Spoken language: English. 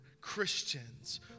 Christians